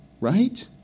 right